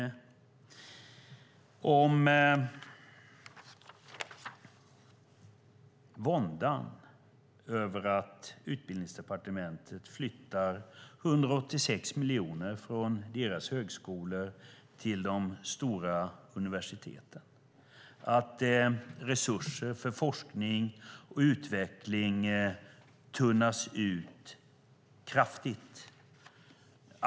De skriver om våndan över att Utbildningsdepartementet flyttar 186 miljoner från deras högskolor till de stora universiteten och att resurser för forskning och utveckling tunnas ut kraftigt.